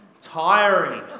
tiring